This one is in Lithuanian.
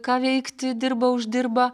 ką veikti dirba uždirba